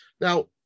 Now